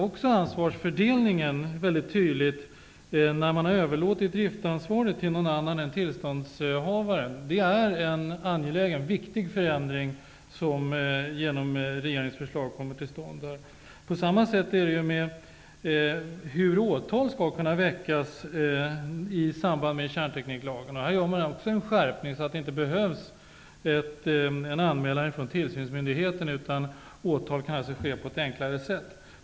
Också ansvarsfördelningen klargörs väldigt tydligt när driftansvaret har överlåtits till någon annan än tillståndshavaren. Det är en angelägen förändring som genom regeringens förslag kommer till stånd. På samma sätt är det med förutsättningarna för att väcka åtal enligt kärntekniklagen. Här blir det också en skärpning. Det behövs inte en anmälan från tillsynsmyndigheten, utan åtal kan väckas på ett enklare sätt.